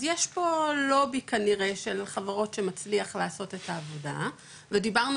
אז יש פה לובי כנראה של חברות שמצליח לעשות את העבודה ודיברנו